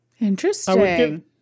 interesting